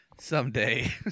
Someday